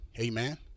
Amen